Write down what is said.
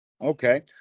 Okay